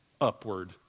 upward